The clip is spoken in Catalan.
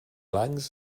blancs